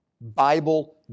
Bible